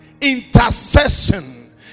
Intercession